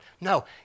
No